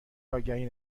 آگهی